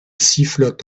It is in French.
sifflote